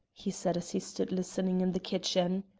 he said as he stood listening in the kitchen.